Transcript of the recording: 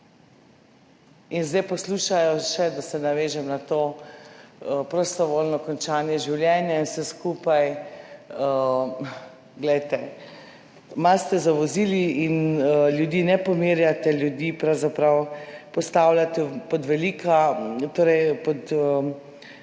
In zdaj poslušajo še, da se navežem na to prostovoljno končanje življenja in vse skupaj. Glejte, malo ste zavozili in ljudi ne pomirjate. Ljudi pravzaprav postavljate pod velika, torej pod